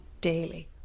daily